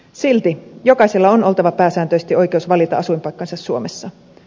silti jokaisella on oltava pääsääntöisesti oikeus valita asuinpaikkansa suomessa